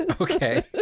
Okay